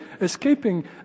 escaping